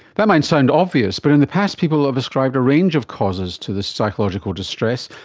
that might sound obvious, but in the past people have ascribed a range of causes to this psychological distress,